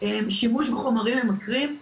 שימוש בחומרים ממכרים.